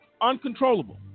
uncontrollable